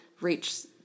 reach